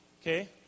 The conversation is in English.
okay